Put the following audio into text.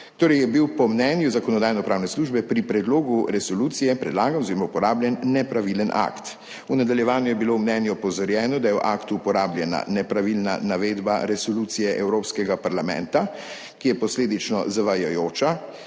Torej, je bil po mnenju Zakonodajno-pravne službe pri predlogu resolucije predlagan oziroma uporabljen nepravilen akt. V nadaljevanju je bilo v mnenju opozorjeno, da je v aktu uporabljena nepravilna navedba resolucije Evropskega parlamenta, ki je posledično **5.